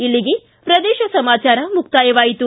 ಇಲ್ಲಿಗೆ ಪ್ರದೇಶ ಸಮಾಚಾರ ಮುಕ್ತಾಯವಾಯಿತು